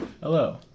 Hello